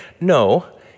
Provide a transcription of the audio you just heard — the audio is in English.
No